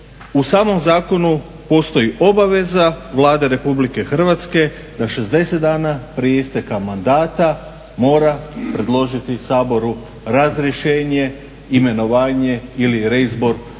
u samom zakonu postoji obaveza Vlade Republike Hrvatske da 60 dana prije isteka mandata mora predložiti Saboru razrješenje, imenovanje ili reizbor tih